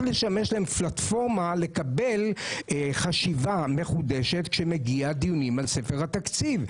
לשמש להם פלטפורמה לקבל חשיבה מחודשת כשמגיעים דיונים על התקציב.